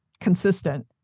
consistent